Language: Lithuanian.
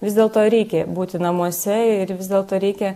vis dėlto reikia būti namuose ir vis dėlto reikia